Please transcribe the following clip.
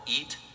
Eat